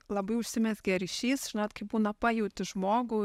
labai užsimezgė ryšys žinot kai būna pajauti žmogų